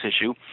issue